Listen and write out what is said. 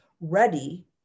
ready